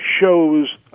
shows